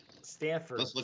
Stanford